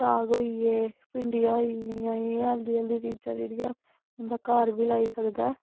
साग होई गे भिंडियां होई गेइयां एह् हैल्दी हैल्दी चीजां जेह्ड़ियां बंदा घर बी लाई सकदा ऐ